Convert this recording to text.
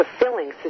fulfilling